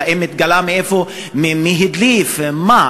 האם התגלה מאיפה, מי הדליף, מה?